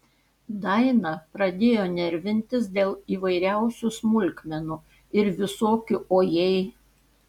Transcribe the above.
daina pradėjo nervintis dėl įvairiausių smulkmenų ir visokių o jei